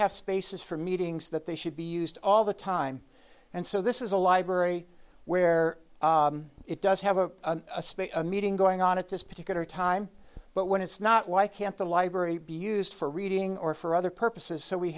have spaces for meetings that they should be used all the time and so this is a library where it does have a space a meeting going on at this particular time but when it's not why can't the library be used for reading or for other purposes so we